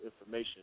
information